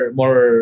more